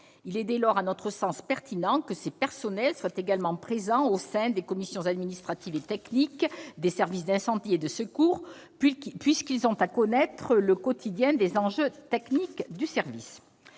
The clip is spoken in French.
SDIS. Dès lors, il nous paraît pertinent que ces personnels soient également présents au sein des commissions administratives et techniques des services d'incendie et de secours, puisqu'ils ont à connaître, au quotidien, des enjeux techniques du service.